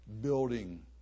building